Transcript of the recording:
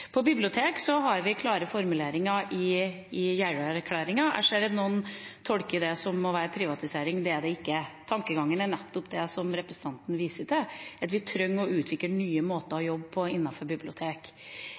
gjelder bibliotek, har vi klare formuleringer i Jeløya-erklæringen. Jeg ser at noen tolker det som privatisering. Det er det ikke. Tankegangen er nettopp det som representanten viser til, at vi trenger å utvikle nye måter å jobbe på innenfor bibliotek. Jeg må si at jeg er veldig inspirert av